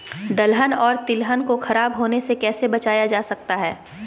दलहन और तिलहन को खराब होने से कैसे बचाया जा सकता है?